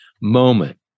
moment